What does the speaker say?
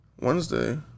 Wednesday